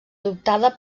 adoptada